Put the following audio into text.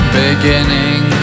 beginning